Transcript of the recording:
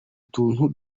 tuntu